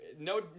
no